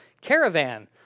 caravan